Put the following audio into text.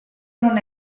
non